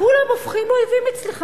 כולם הופכים אויבים אצלך.